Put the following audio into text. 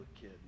kid